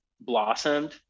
blossomed